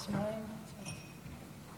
אז הם אומרים לי: